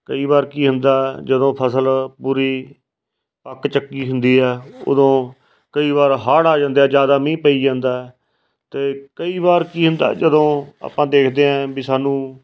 ਕਈ ਵਾਰ ਕੀ ਹੁੰਦਾ ਜਦੋਂ ਫਸਲ ਪੂਰੀ ਪੱਕ ਚੱਕੀ ਹੁੰਦੀ ਆ ਉਦੋਂ ਕਈ ਵਾਰ ਹੜ੍ਹ ਆ ਜਾਂਦੇ ਆ ਜਿਆਦਾ ਮੀਂਹ ਪਈ ਜਾਂਦਾ ਅਤੇ ਕਈ ਵਾਰ ਕੀ ਹੁੰਦਾ ਜਦੋਂ ਆਪਾਂ ਦੇਖਦੇ ਹਾਂ ਵੀ ਸਾਨੂੰ